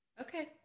Okay